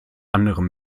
anderen